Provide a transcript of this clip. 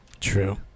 True